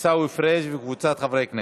עיסאווי פריג' וקבוצת חברי כנסת.